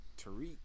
Tariq